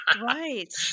Right